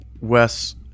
Wes